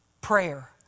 Prayer